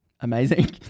Amazing